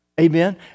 Amen